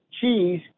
Cheese